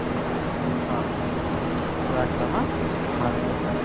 ঠিক আছে আচ্ছা আচ্ছা রাখলাম হ্যাঁ ভালো থেকো